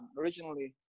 Originally